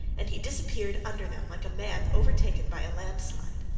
and he disappeared under them like a man overtaken by a landslide.